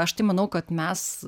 aš tai manau kad mes